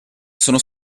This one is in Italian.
sono